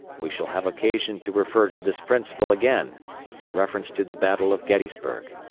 we shall have occasion to refer to this principle again in reference to the battle of gettysburg.